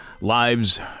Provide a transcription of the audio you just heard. lives